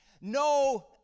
no